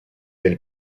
elles